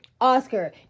Oscar